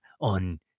on